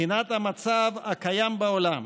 בחינת המצב הקיים בעולם